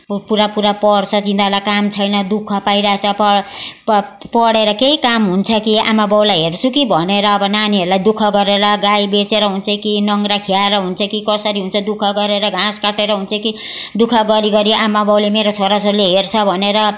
पुरा पुरा पढ्छ तिनीहरूलाई काम छैन दुःख पाइरहेको छ प प पढेर केही काम हुन्छ कि आमा बाउलाई हेर्छु कि भनेर अब नानीहरूलाई दुःख गरेर गाई बेचेर हुन्छ कि नङ्ग्रा खियाएर हुन्छ कि कसरी हुन्छ दुःख गरेर घाँस काटेर हुन्छ कि दुःख गरी गरी आमा बाउले मेरो छोरा छोरीले हेर्छ भनेर